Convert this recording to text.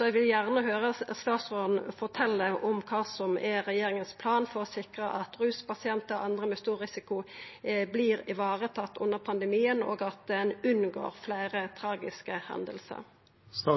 Eg vil gjerne høyra statsråden fortelja kva som er regjeringa sin plan for å sikra at ruspasientar og andre med stor risiko vert tatt vare på under pandemien, og at ein unngår fleire tragiske hendingar. For